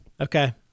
Okay